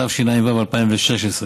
התשע"ו 2016,